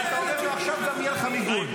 ואתה אומר לו: עכשיו גם יהיה לך מיגון.